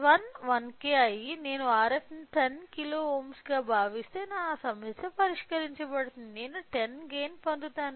R1 1K అయ్యి నేను Rf ను 10 కిలో ఓంలుగా భావిస్తే నా సమస్య పరిష్కరించబడింది నేను 10 గైన్ పొందుతాను